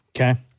okay